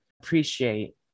appreciate